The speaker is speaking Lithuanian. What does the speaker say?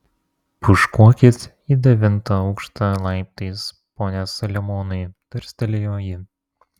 pūškuokit į devintą aukštą laiptais pone saliamonai tarstelėjo ji